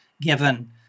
given